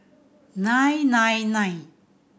nine nine nine